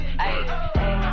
ayy